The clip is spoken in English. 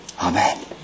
Amen